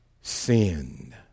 sin